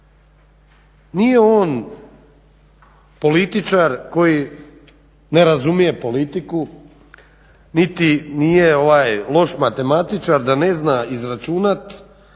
Nije on političar koji ne razumije politiku niti nije loš matematičar da ne zna izračunat